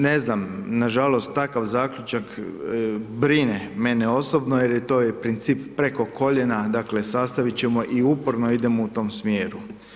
Ne znam, na žalost, takav Zaključak brine mene osobno jer je to i princip preko koljeno, dakle, sastaviti ćemo i uporno idemo u tome smjeru.